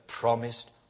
promised